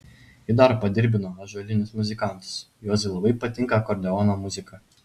ir dar padirbino ąžuolinius muzikantus juozui labai patinka akordeono muzika